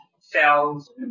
cells